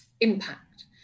impact